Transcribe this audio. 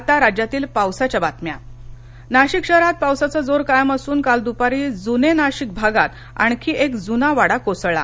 आता राज्यातील पावसाच्या बातम्या नाशिक नाशिक शहरात पावसाचा जोर कायम असून काल द्पारी जूने नाशिक भागात आणखी एक जूना वाडा कोसळला